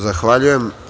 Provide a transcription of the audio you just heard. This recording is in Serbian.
Zahvaljujem.